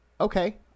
Okay